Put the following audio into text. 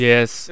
Yes